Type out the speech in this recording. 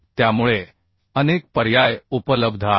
त्यामुळे अनेक पर्याय उपलब्ध आहेत